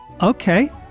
okay